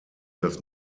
das